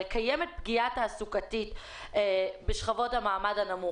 הרי קיימת פגיעה תעסוקתית בשכבות המעמד הנמוך.